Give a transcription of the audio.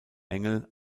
engel